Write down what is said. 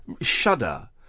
shudder